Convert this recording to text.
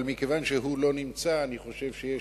אבל מכיוון שהוא לא נמצא אני חושב שיש,